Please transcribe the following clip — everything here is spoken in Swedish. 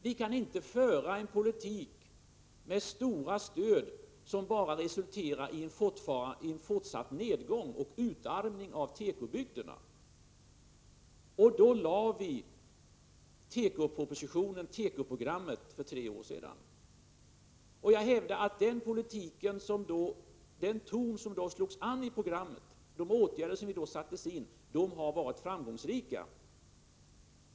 Vi kan inte föra en politik med stora stöd som bara resulterar i en fortsatt nedgång och utarmning av tekobygderna. Då, för tre år sedan, lade vi fram tekopropositionen, tekoprogrammet. Jag hävdar att den ton som slogs an i programmet, de åtgärder som då sattes in har lett till framgång.